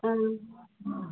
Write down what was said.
ꯑꯥ